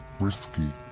risky,